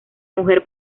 mujer